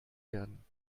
werden